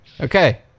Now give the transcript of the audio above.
Okay